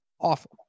awful